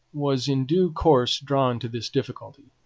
was in due course drawn to this difficulty.